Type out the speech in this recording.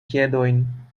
piedojn